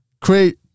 create